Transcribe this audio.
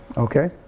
okay.